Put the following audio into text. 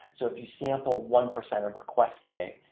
so if you sample one percent of requests, say,